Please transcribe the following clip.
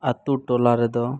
ᱟᱛᱩ ᱴᱚᱞᱟ ᱨᱮᱫᱚ